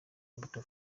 imbuto